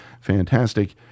Fantastic